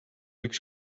üks